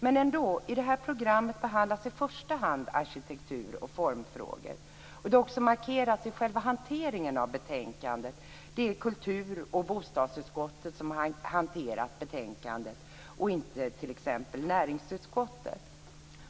Men i det här programmet behandlas i första hand arkitektur och formfrågor, vilket också märkts i själva hanteringen av ärendet. Det är kultur och bostadsutskottet som hanterat det och inte t.ex. näringsutskottet.